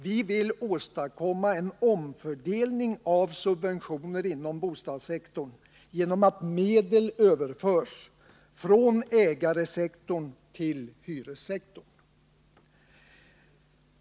Vi vill åstadkomma en omfördelning av subventioner inom bostadssektorn genom att medel överförs från ägarsektorn till hyressektorn.